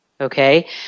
Okay